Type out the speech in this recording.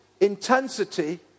intensity